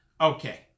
Okay